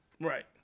Right